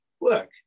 Look